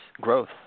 growth